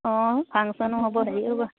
অঁ ফাংচনো হ'ব হেৰি হ'ব